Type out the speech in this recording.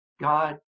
god